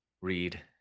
read